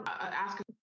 ask